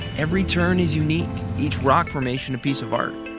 every turn is unique, each rock formation a piece of art,